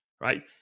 Right